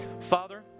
Father